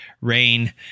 rain